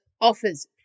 offers